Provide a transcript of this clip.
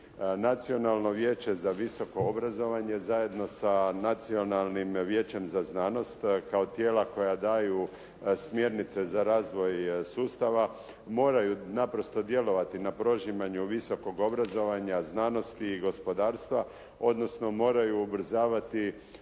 Nacionalno vijeće za visoko obrazovanje zajedno sa Nacionalnim vijećem za znanost kao tijela koja daju smjernice za razvoj sustava, moraju naprosto djelovati na prožimanju visokog obrazovanja, znanosti i gospodarstva, odnosno moraju ubrzavati